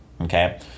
okay